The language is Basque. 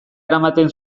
eramaten